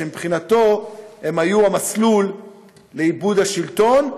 שמבחינתו הם היו המסלול לאיבוד השלטון.